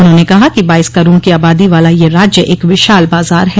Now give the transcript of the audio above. उन्होंने कहा कि बाईस करोड़ की आबादी वाला यह राज्य एक विशाल बाजार है